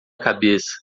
cabeça